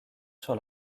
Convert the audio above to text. sur